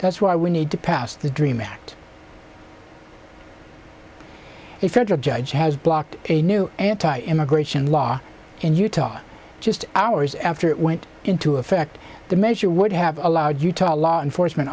that's why we need to pass the dream act a federal judge has blocked a new anti immigration law in utah just hours after it went into effect the measure would have allowed utah law enforcement